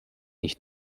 nicht